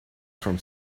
from